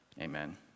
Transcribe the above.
Amen